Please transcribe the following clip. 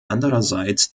andererseits